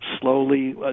slowly